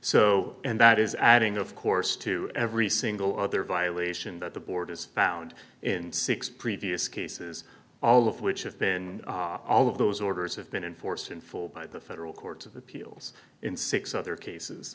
so and that is adding of course to every single other violation that the board has found in six previous cases all of which have been all of those orders have been in force in full by the federal courts of appeals in six other cases